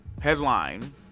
Headline